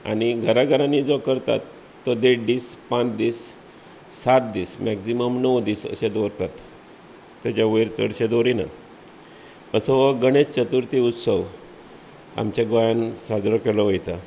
आनी घरां घरांनी जो करतात तो देड दीस पांच दीस सात दीस मेक्सीमम णव दीस अशें दवरतात तेच्या वयर चडशें दवरीनात असो हो गणेश चतुर्थी उत्सव आमच्या गोंयांत साजरो केलो वयता